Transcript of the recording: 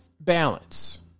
balance